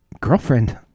girlfriend